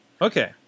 Okay